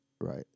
right